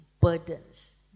burdens